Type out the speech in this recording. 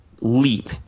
leap